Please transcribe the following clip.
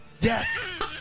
Yes